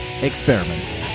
experiment